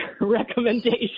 recommendation